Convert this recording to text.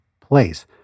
place